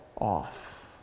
off